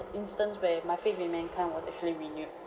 instance where my faith in mankind was actually renewed